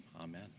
amen